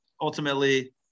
ultimately